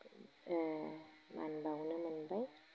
ओ मान बावनो मोनबाय